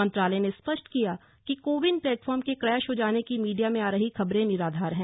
मंत्रालय ने स्पष्ट किया कि कोविन प्लेटफॉर्म के क्रैश हो जाने की मीडिया में आ रही खबरें निराधार हैं